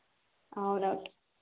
అవునా